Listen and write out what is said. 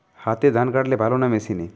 হাতে ধান কাটলে ভালো না মেশিনে?